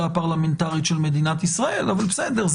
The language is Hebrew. הפרלמנטרית של מדינת ישראל אבל בסדר,